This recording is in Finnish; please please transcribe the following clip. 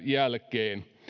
jälkeen